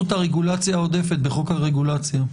את הרגולציה העודפת בחוק הרגולציה.